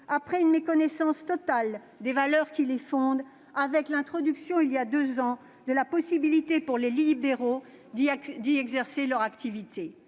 d'une méconnaissance totale des valeurs qui les fondent, après l'introduction il y a deux ans de la possibilité pour les libéraux d'y exercer leur activité